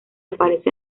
aparece